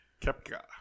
Kepka